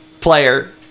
player